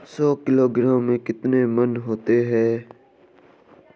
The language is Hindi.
सौ किलोग्राम में कितने मण होते हैं?